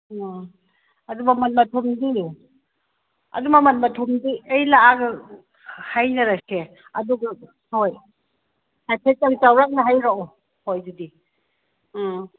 ꯑ ꯑꯗꯨ ꯃꯃꯟ ꯃꯊꯨꯝꯗꯤ ꯑꯗꯨ ꯃꯃꯟ ꯃꯊꯨꯝꯗꯤ ꯑꯩ ꯂꯥꯑꯒ ꯍꯥꯏꯅꯔꯁꯦ ꯑꯗꯨꯒ ꯍꯣꯏ ꯍꯥꯏꯐꯦꯠꯇꯪ ꯆꯧꯔꯥꯛꯅ ꯍꯥꯏꯔꯛꯑꯣ ꯍꯣꯏ ꯑꯗꯨꯗꯤ ꯑ